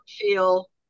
feel